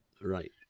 Right